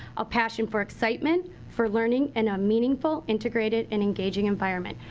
a passion for excitement, for learning and a meaningful, integrated and engaging environment.